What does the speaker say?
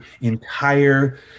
entire